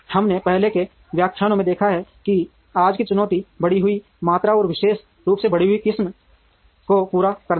हमने पहले के व्याख्यानों में देखा है कि आज की चुनौती बढ़ी हुई मात्रा और विशेष रूप से बढ़ी हुई किस्म को पूरा करना है